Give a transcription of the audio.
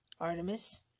Artemis